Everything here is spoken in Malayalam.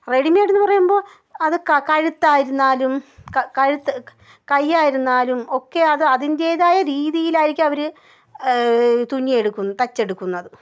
റെഡിമെയ്ഡ് എന്ന് പറയുമ്പോൾ അത് ക കഴുത്ത് ആയിരുന്നാലും ക കഴുത്ത് കയ്യായിരുന്നാലും ഒക്കെ അത് അതിന്റേതായ രീതിയിൽ ആയിരിക്കും അവർ തുന്നിയെടുക്കുന്ന തയ്ച്ചെടുക്കുന്നത്